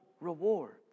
rewards